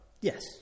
Yes